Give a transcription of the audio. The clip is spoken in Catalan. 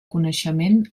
coneixement